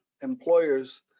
employers